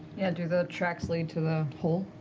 yeah, do the tracks lead to the hole?